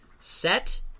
Set